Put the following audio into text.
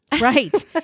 Right